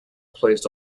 placed